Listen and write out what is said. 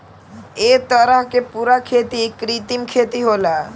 ए तरह के पूरा खेती कृत्रिम खेती होला